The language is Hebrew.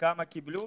וכמה קיבלו?